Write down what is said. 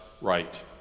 right